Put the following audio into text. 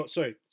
Sorry